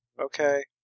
okay